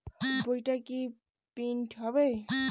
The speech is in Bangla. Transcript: বইটা কি প্রিন্ট হবে?